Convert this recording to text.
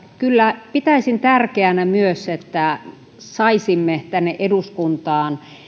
kyllä tärkeänä myös että saisimme tänne eduskuntaan